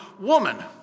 woman